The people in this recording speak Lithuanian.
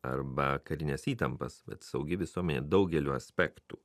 arba karines įtampas bet saugi visuomenė daugeliu aspektų